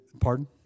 Pardon